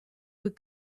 would